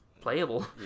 playable